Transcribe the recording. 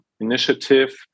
initiative